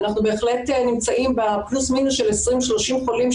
אנחנו בהחלט נמצאים בפלוס מינוס של 20 30 חולים,